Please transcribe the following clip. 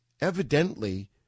evidently